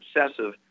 obsessive